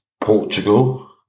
Portugal